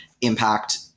impact